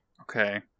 Okay